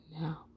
now